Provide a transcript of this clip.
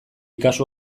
kasu